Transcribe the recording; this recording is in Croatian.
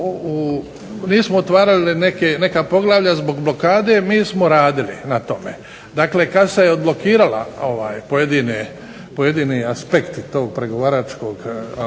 nismo otvarali neka poglavlja zbog blokade, mi smo radili na tome. Dakle, kad su se odblokirali pojedini aspekti tog pregovaračkog